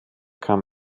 kam